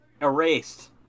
Erased